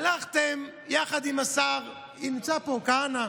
הלכתם יחד עם השר לשעבר כהנא,